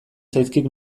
zaizkit